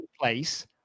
place